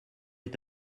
est